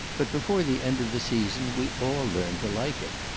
but before the end of the season we all learned to like it.